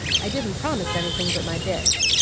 i didn't promise anything but my bits,